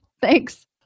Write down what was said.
Thanks